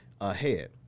ahead